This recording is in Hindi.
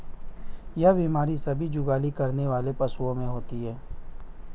यह बीमारी सभी जुगाली करने वाले पशुओं में होती है